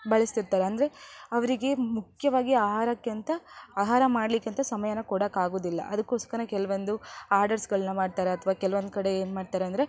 ಬಳಸ್ತಿರ್ತಾರೆ ಅಂದರೆ ಅವರಿಗೆ ಮುಖ್ಯವಾಗಿ ಆಹಾರಕ್ಕೆ ಅಂತ ಆಹಾರ ಮಾಡಲಿಕ್ಕೆ ಅಂತ ಸಮಯನ ಕೊಡೋಕಾಗೋದಿಲ್ಲ ಅದಕ್ಕೋಸ್ಕರ ಕೆಲವೊಂದು ಆರ್ಡರ್ಸ್ಗಳನ್ನ ಮಾಡ್ತಾರೆ ಅಥವಾ ಕೆಲ್ವೊಂದು ಕಡೆ ಏನುಮಾಡ್ತಾರೆ ಅಂದರೆ